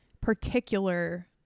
particular